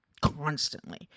Constantly